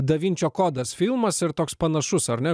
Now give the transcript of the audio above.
da vinčio kodas filmas ir toks panašus ar ne